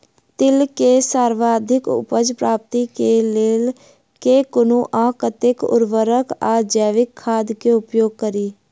तिल केँ सर्वाधिक उपज प्राप्ति केँ लेल केँ कुन आ कतेक उर्वरक वा जैविक खाद केँ उपयोग करि?